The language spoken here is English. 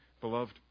beloved